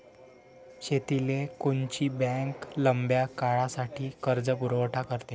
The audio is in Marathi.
शेतीले कोनची बँक लंब्या काळासाठी कर्जपुरवठा करते?